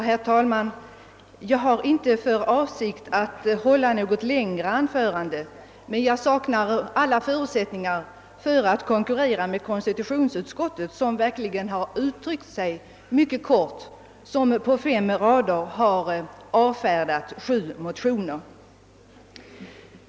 Herr talman! Jag har inte för avsikt att hålla något längre anförande, men jag saknar alla förutsättningar att konkurrera med konstitutionsutskottet, som verkligen har uttryckt sig mycket kortfattat när det på fem rader har avfärdat fyra motioner och tre motionspar.